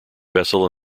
vessel